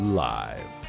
live